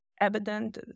evident